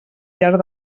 llarg